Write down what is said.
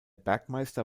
bergmeister